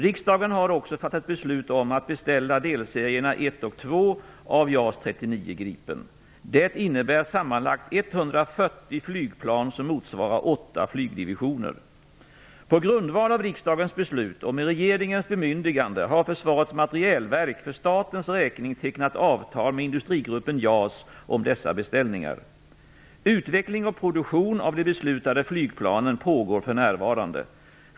Riksdagen har också fattat beslut om att beställa delserierna 1 och 2 På grundval av riksdagens beslut och med regeringens bemyndigande har Försvarets materielverk för statens räkning tecknat avtal med Industrigruppen Utveckling och produktion av de beslutade flygplanen pågår för närvarande.